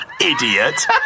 Idiot